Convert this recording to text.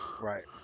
Right